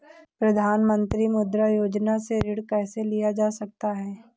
प्रधानमंत्री मुद्रा योजना से ऋण कैसे लिया जा सकता है?